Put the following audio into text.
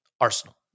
Arsenal